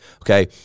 Okay